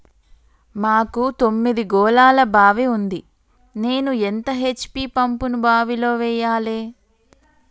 మాకు తొమ్మిది గోళాల బావి ఉంది నేను ఎంత హెచ్.పి పంపును బావిలో వెయ్యాలే?